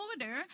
order